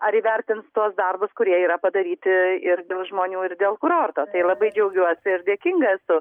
ar įvertins tuos darbus kurie yra padaryti ir dėl žmonių ir dėl kurorto tai labai džiaugiuosi ir dėkinga esu